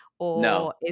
No